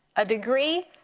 a degree,